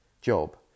job